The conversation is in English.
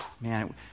man